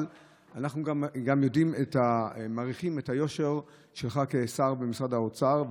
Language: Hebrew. אבל אנחנו מעריכים את היושר שלך כשר במשרד האוצר,